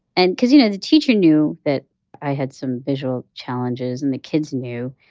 and because, you know, the teacher knew that i had some visual challenges, and the kids knew.